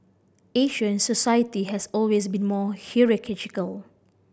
Asian society has always been more hierarchical